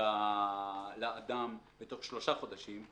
לאדם בתוך שלושה חודשים,